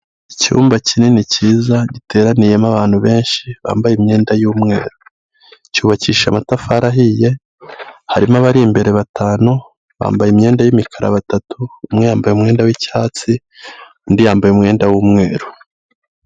Icyumba kinini kiza, giteraniyemo abantu benshi bambaye imyenda y'umweru, cyubakishije amatafari ahiye, harimo abari imbere batanu, bambaye imyenda y'imikara batatu, umwe yambaye umwenda w'icyatsi, undi yambaye umwenda w'umweru.